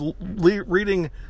reading